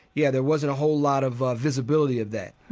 yeah, there wasn't a whole lot of of visibility of that.